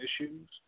issues